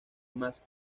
más